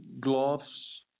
gloves